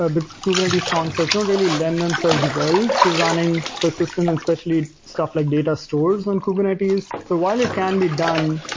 ah the kubernetes concepts don't really lend themselves well to running persistence and specially stuff like data stores in and kubernetes. so while it can be done,